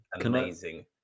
amazing